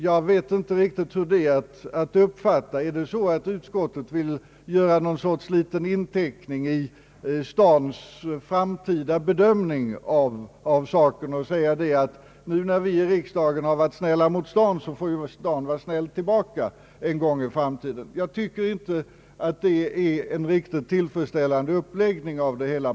Jag vet inte riktigt hur detta skall uppfattas, Vill utskottet göra någon sorts inteckning i stadens framtida bedömning av saken och säga att när nu riksdagen varit snäll mot staden, så får staden vara snäll tillbaka någon gång i framtiden? Jag tycker att den uppläggningen inte är riktigt tillfredsställande.